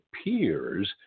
appears